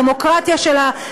הדמוקרטיה שלה,